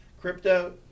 crypto